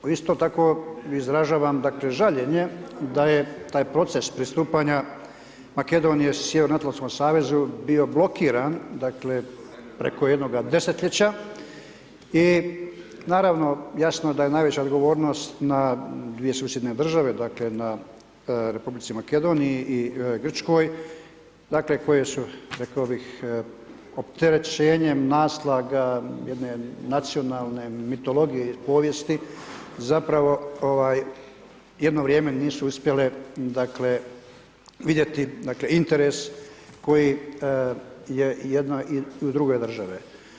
Isto tako izražavam dakle žaljenje da je taj proces pristupanja Makedonije Sjevernoatlantskom savezu bio blokiran, dakle preko jednog desetljeća i naravno, jasno da je najveća odgovornost na dvije susjedne države dakle na Republici Makedoniji i Grčkoj dakle koji su rekao bih, opterećenjem naslaga jedne nacionalne mitologije i povijesti zapravo jedno vrijeme nisu uspjele dakle vidjeti interes koji je jedne i druge države.